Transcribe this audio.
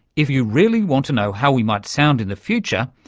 if you really want to know how we might sound in the future,